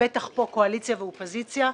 ובטח פה קואליציה ואופוזיציה,